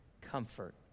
comfort